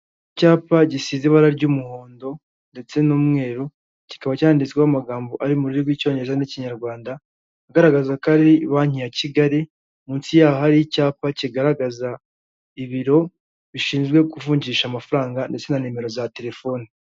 Icyapa gisize ibara ry'umuhondo ndetse n'umweru kikaba cyanditsweho amagambo ari mu rurimi rw'icyongereza n'ikinyarwanda agaragaza ko ari Banki ya Kigali, munsi y'aho hari icyapa kigaragaza ibiro bishinzwe kuvunjisha amafaranga ndetse na nimero za telefoni.